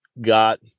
got